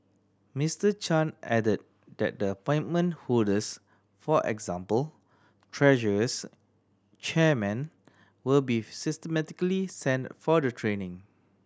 Mister Chan added that the appointment holders for example treasurers chairmen will be systematically sent for the training